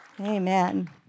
Amen